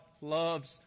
loves